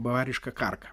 bavariška karka